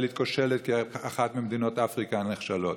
כושלת כמו באחת ממדינות אפריקה הנחשלות.